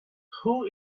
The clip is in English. who